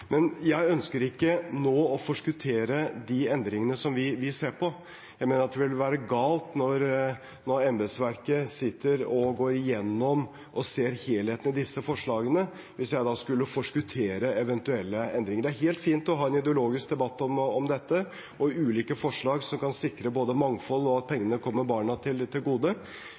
men jeg ønsker ikke nå å forskuttere endringene vi ser på. Jeg mener det ville være galt, når embetsverket sitter og går igjennom og ser på helheten i disse forslagene, om jeg skulle forskuttere eventuelle endringer. Det er helt fint å ha en ideologisk debatt om dette – og ulike forslag som kan sikre både mangfold og at pengene kommer barna til gode